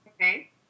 okay